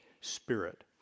spirit